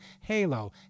Halo